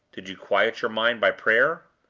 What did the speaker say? did you quiet your mind by prayer?